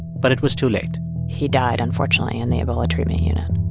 but it was too late he died, unfortunately, in the ebola treatment unit